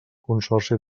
consorci